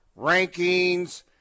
rankings